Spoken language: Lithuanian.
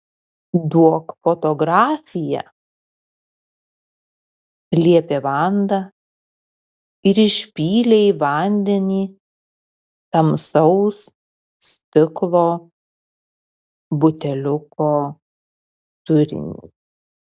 duok fotografiją liepė vanda ir išpylė į vandenį tamsaus stiklo buteliuko turinį